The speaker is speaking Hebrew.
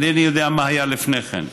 אינני יודע מה היה לפני כן.